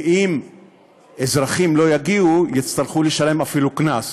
אם אזרחים לא יגיעו, הם אפילו יצטרכו לשלם קנס.